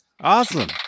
Awesome